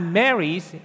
marries